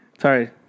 Sorry